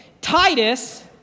Titus